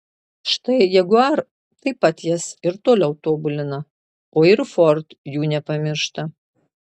štai jaguar taip pat jas ir toliau tobulina o ir ford jų nepamiršta